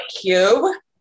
cube